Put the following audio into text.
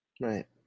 Right